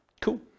cool